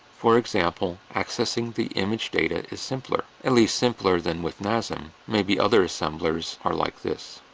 for, example, accessing the image data is simpler, at least simpler than with nasm maybe other assemblers are like this.